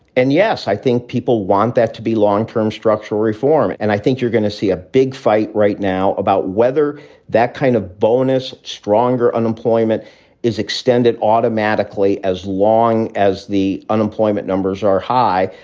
and yes, i think people want that to be long term structural reform. and i think you're going to see a big fight right now about whether that kind of bonus, stronger unemployment is extended automatically as long as the unemployment numbers are high.